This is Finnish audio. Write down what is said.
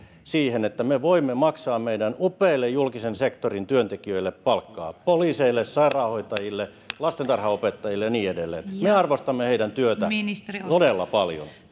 siihen että me voimme maksaa meidän upeille julkisen sektorin työntekijöillemme palkkaa poliiseille sairaanhoitajille lastentarhanopettajille ja niin edelleen me arvostamme heidän työtään todella paljon